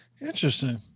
Interesting